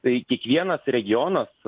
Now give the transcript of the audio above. tai kiekvienas regionas